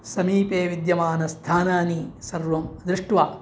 समीपेविद्यमानस्थानानि सर्वं दृष्ट्वा